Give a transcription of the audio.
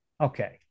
okay